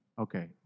Okay